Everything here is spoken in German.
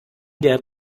der